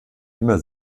immer